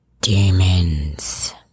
Demons